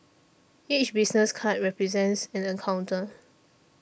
each business card represents an encounter